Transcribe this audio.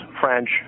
french